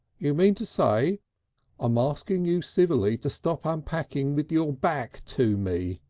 you mean to say i'm asking you civilly to stop unpacking with your back to me.